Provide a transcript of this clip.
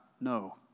no